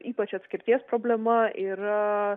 ypač atskirties problema yra